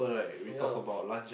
ya